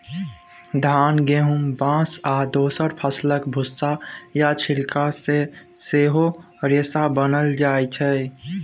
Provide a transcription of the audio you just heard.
धान, गहुम, बाँस आ दोसर फसलक भुस्सा या छिलका सँ सेहो रेशा बनाएल जाइ छै